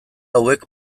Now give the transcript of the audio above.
hauek